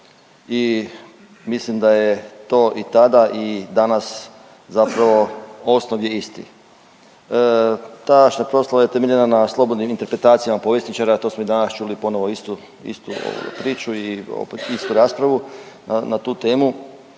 I mislim da je to i tada i danas zapravo osnov je isti. Tadašnja proslava je temeljena na slobodnim interpretacijama povjesničara, a to smo i danas čuli ponovo istu priču i opet istu raspravu na tu temu.